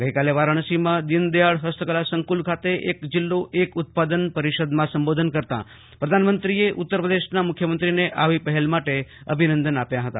ગઈ કાલે વારાણસીમાં દીનદયાળ હસ્તકલા સંકુલ ખાતે એક જિલ્લો એક ઉત્પાદન પરિષદમાં સંબોધન કરતા પ્રધાનમંત્રીએ ઉત્તર પ્રદેશના મુખ્યમંત્રીએ આવી પહેલ માટે અભિનંદનદન આપ્યા હતા